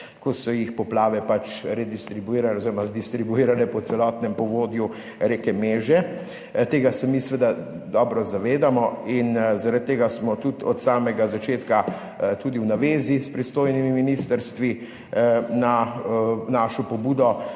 ko so jih poplave redistribuirale oziroma zdistribuirale po celotnem povodju reke Meže. Tega se mi seveda dobro zavedamo in zaradi tega smo od samega začetka tudi v navezi s pristojnimi ministrstvi. Na našo pobudo